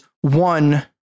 one